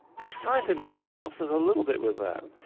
this scientific insight helps us a little bit with that.